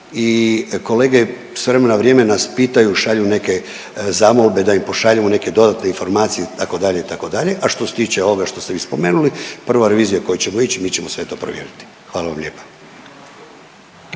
i kolege s vremena na vrijeme nas pitaju, šalju neke zamolbe da im pošaljemo neke dodatne informacije itd., itd., a što se tiče ovoga što ste vi spomenuli prva revizija u koju ćemo ići mi ćemo sve to provjeriti. Hvala vam lijepa.